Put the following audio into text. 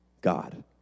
God